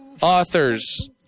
Authors